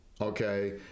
okay